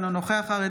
אינו נוכח אריה